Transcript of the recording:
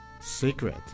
Secret